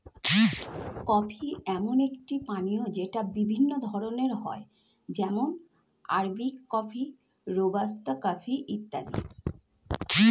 coffee এমন একটি পানীয় যেটা বিভিন্ন ধরণের হয় যেমন আরবিক কফি, রোবাস্তা কফি ইত্যাদি